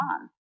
on